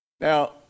Now